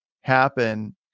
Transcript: happen